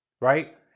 right